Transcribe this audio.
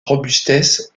robustesse